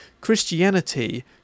Christianity